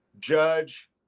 Judge